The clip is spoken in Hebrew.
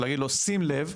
להגיד לו שים לב,